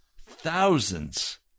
thousands